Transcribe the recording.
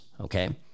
okay